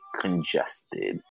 congested